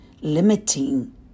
limiting